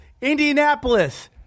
Indianapolis